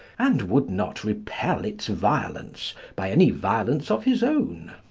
and would not repel its violence by any violence of his own.